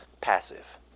passive